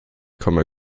komme